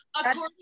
according